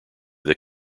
that